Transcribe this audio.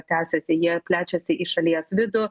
tęsiasi jie plečiasi į šalies vidų